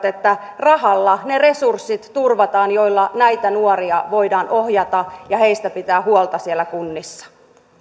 että rahalla turvataan ne resurssit joilla näitä nuoria voidaan ohjata ja heistä pitää huolta siellä kunnissa myönnän